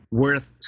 worth